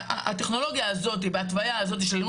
הטכנולוגיה הזאת וההתוויה הזאת של אלימות